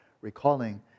Recalling